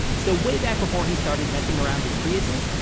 so way back before he started messing around with prius's,